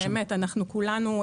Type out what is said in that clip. כולנו פה עם אש בעיניים,